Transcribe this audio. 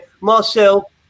Marcel